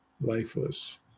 lifeless